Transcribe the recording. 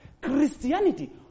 Christianity